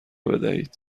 بدهید